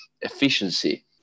efficiency